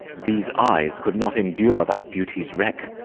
these eyes could not endure that beauty's wreck